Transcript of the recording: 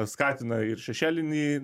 skatina ir šešėlinį